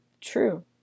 true